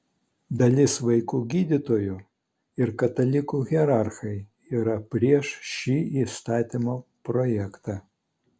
dalis vaikų gydytojų ir katalikų hierarchai yra prieš šį įstatymo projektą